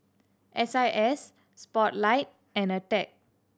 S I S Spotlight and Attack